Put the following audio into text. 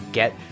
get